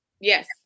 Yes